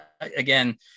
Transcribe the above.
again